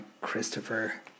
Christopher